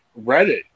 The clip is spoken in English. Reddit